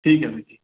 ਠੀਕ ਹੈ ਵੀਰ ਜੀ